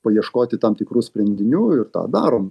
paieškoti tam tikrų sprendinių ir tą darom